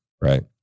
right